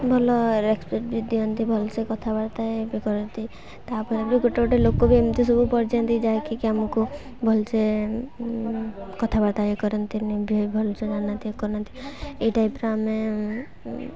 ଭଲ ରେସ୍ପେକ୍ଟ ବି ଦିଅନ୍ତି ଭଲ୍ସେ କଥାବାର୍ତ୍ତା ଏ ବି କରନ୍ତି ତା'ପରେ ବି ଗୋଟେ ଗୋଟେ ଲୋକ ବି ଏମିତି ସବୁ ପଡ଼ିଯାନ୍ତି ଯାହାକି ଆମକୁ ଭଲସେ କଥାବାର୍ତ୍ତା ଇଏ କରନ୍ତି ବି ଭଲସେ ଜାଣନ୍ତି ଇଏ କରନ୍ତି ଏଇ ଟାଇପ୍ର ଆମେ